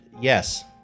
yes